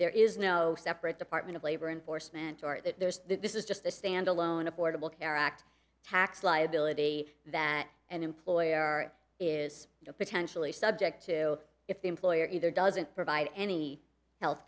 there is no separate department of labor enforcement or there's that this is just a standalone affordable care act tax liability that an employer is potentially subject to if the employer either doesn't provide any health